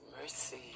mercy